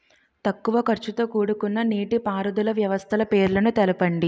తక్కువ ఖర్చుతో కూడుకున్న నీటిపారుదల వ్యవస్థల పేర్లను తెలపండి?